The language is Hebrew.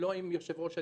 לא עם יושב-ראש הלשכה.